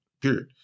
period